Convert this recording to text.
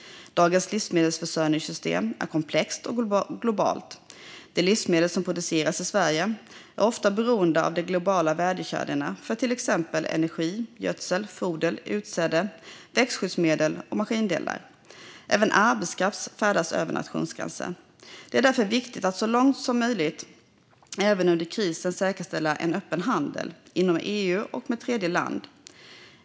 Dagens livsmedelsförsörjningssystem är komplext och globalt. De livsmedel som produceras i Sverige är ofta beroende av de globala värdekedjorna för till exempel energi, gödsel, foder, utsäde, växtskyddsmedel och maskindelar. Även arbetskraft färdas över nationsgränser. Det är därför viktigt att så långt som möjligt även under kriser säkerställa en öppen handel, inom EU och med tredje land.